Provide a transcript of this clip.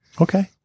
Okay